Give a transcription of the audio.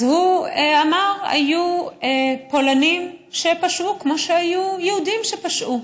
הוא אמר: היו פולנים שפשעו כמו שהיו יהודים שפשעו.